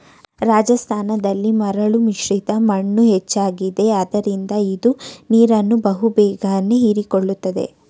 ರಾಜಸ್ಥಾನದಲ್ಲಿ ಮರಳು ಮಿಶ್ರಿತ ಮಣ್ಣು ಹೆಚ್ಚಾಗಿದೆ ಆದ್ದರಿಂದ ಇದು ನೀರನ್ನು ಬಹು ಬೇಗನೆ ಹೀರಿಕೊಳ್ಳುತ್ತದೆ